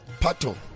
Pato